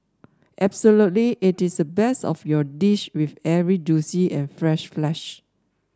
absolutely it is the best of your dish with every juicy and fresh flesh